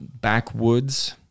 backwoods